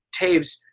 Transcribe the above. Taves